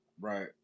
Right